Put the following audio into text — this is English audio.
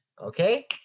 Okay